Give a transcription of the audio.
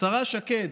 השרה שקד,